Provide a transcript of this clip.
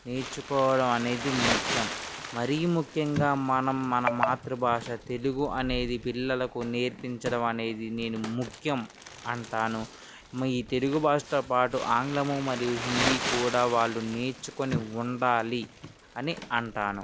నేర్చుకోవడం అనేది ముఖ్యం మరీ ముఖ్యంగా మనం మన మాతృ భాష తెలుగు అనేది పిల్లలకు నేర్పించడం అనేది నేను ముఖ్యం అంటాను ఈ తెలుగు భాషతో పాటు ఆంగ్లము మరియు హిందీ కూడా వాళ్ళు నేర్చుకుని ఉండాలి అని అంటాను